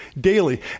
daily